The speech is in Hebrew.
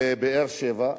בבאר-שבע,